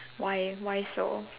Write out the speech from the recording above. why why so